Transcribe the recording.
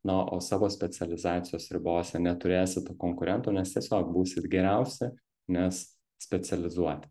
na o savo specializacijos ribose neturėsite konkurentų nes tiesiog būsit geriausi nes specializuoti